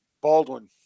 baldwin